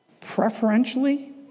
Preferentially